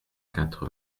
quatre